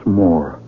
more